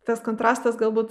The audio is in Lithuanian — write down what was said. tas kontrastas galbūt